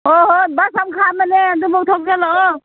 ꯍꯣꯏ ꯍꯣꯏ ꯕꯁ ꯑꯃ ꯈꯥꯝꯕꯅꯦ ꯑꯗꯨꯕꯣꯛ ꯊꯧꯖꯤꯜꯂꯛꯑꯣ